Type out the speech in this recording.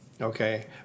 okay